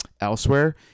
elsewhere